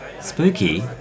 Spooky